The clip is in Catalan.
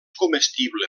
comestible